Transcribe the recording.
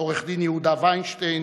עורך-דין יהודה וינשטיין,